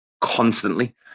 constantly